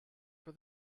for